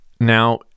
now